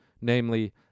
namely